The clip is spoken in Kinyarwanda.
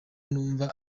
numva